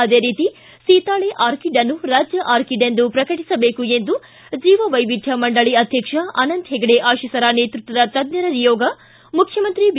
ಅದೇ ರೀತಿ ಸೀತಾಳೆ ಆರ್ಕಿಡ್ನ್ನು ರಾಜ್ಯ ಆರ್ಕಿಡ್ ಎಂದು ಪ್ರಕಟಿಸಬೇಕು ಎಂದು ಜೀವವೈವಿಧ್ಯ ಮಂಡಳಿ ಅಧ್ಯಕ್ಷ ಅನಂತ್ ಹೆಗಡೆ ಆಶಿಸರ ನೇತೃತ್ವದ ತಜ್ಞರ ನಿಯೋಗ ಮುಖ್ಯಮಂತ್ರಿ ಬಿ